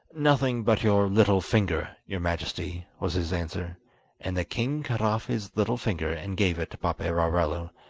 nothing but your little finger, your majesty was his answer and the king cut off his little finger and gave it to paperarello,